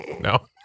No